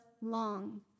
long